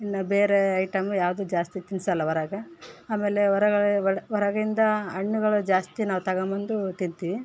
ಇನ್ನು ಬೇರೆ ಐಟಮು ಯಾವುದು ಜಾಸ್ತಿ ತಿನಿಸೋಲ್ಲ ಹೊರಗೆ ಆಮೇಲೆ ಹೊರಗಡೆ ಬೇಡ ಹೊರಗಿಂದ ಹಣ್ಣುಗಳು ಜಾಸ್ತಿ ನಾವು ತೊಗೊಬಂದು ತಿಂತೀವಿ